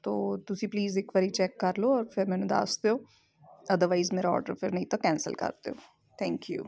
ਤੋ ਤੁਸੀਂ ਪਲੀਜ਼ ਇੱਕ ਵਾਰ ਚੈੱਕ ਕਰ ਲਓ ਫਿਰ ਮੈਨੂੰ ਦੱਸ ਦਿਓ ਅਦਰਵਾਈਜ਼ ਮੇਰਾ ਔਡਰ ਫਿਰ ਨਹੀਂ ਤਾਂ ਕੈਂਸਲ ਕਰ ਦਿਓ ਥੈਂਕ ਯੂ